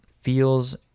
feels